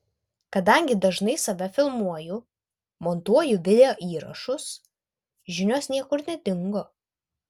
kadangi dažnai save filmuoju montuoju videoįrašus žinios niekur nedingo